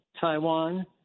Taiwan